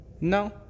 No